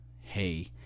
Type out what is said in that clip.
hey